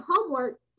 homework